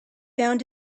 found